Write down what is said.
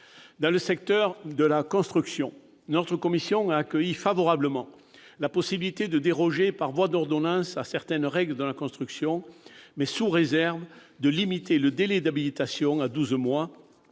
Dans le secteur de la construction, la commission a accueilli favorablement la possibilité de déroger, par voie d'ordonnances, à certaines règles de la construction, mais sous réserve de limiter le délai d'habilitation à douze mois,